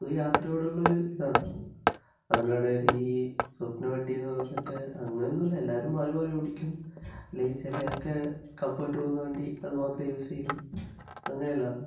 ഒരു യാത്രയോടുള്ള ഒരു ഇതാണ് അതിനിടയിൽ ഈ സ്വപ്ന വണ്ടി എന്ന് പറഞ്ഞിട്ട് അങ്ങനെ ഒന്നുമില്ല എല്ലാവരും മാറി മാറി ഓടിക്കും ചിലയാൾക്ക് കംഫർട്ട് തോന്നുന്ന വണ്ടി അതുമാത്രം യൂസ് ചെയ്യും അങ്ങനെ അല്ലാന്ന്